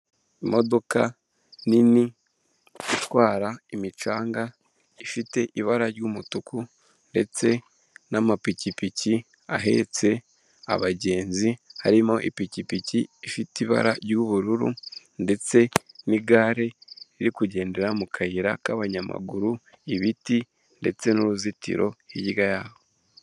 Imodoka nini itwara imicanga ifite ibara ry'umutuku ndetse n'amapikipiki ahetse abagenzi, harimo ipikipiki ifite ibara ry'ubururu, ndetse n'igare riri kugendera mu kayira k'abanyamaguru ibiti ndetse n'uruzitiro hirya yaho.